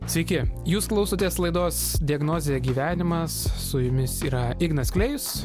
sveiki jūs klausotės laidos diagnozė gyvenimas su jumis yra ignas klėjus